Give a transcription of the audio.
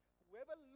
whoever